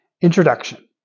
Introduction